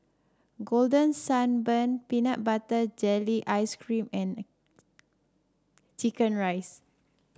Golden Sand Bun Peanut Butter Jelly Ice cream and chicken rice